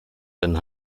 bin